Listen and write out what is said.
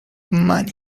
money